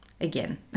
Again